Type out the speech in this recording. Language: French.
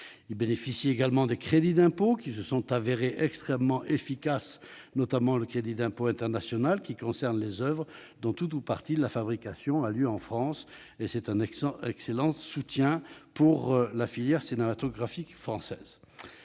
Il bénéficie également de crédits d'impôt, qui se sont révélés extrêmement efficaces, notamment le crédit d'impôt international, qui concerne les oeuvres dont tout ou partie de la fabrication a lieu en France. C'est un excellent soutien pour la filière cinématographique française.